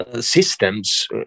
systems